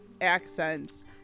accents